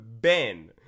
Ben